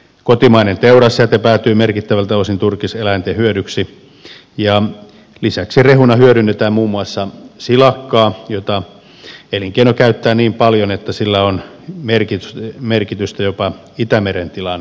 kotimainen teurasjäte päätyy merkittävältä osin turkiseläinten hyödyksi ja lisäksi rehuna hyödynnetään muun muassa silakkaa jota elinkeino käyttää niin paljon että sillä on merkitystä jopa itämeren tilan parantamisessa